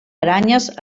aranyes